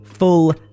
full